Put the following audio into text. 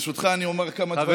ברשותך אני אומר כמה דברים,